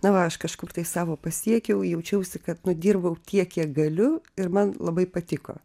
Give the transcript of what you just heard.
na va aš kažkur tai savo pasiekiau jaučiausi kad nudirbau tiek kiek galiu ir man labai patiko